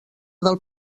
del